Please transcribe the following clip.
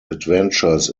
adventures